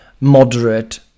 moderate